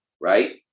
right